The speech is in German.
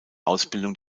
ausbildung